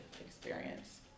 experience